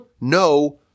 no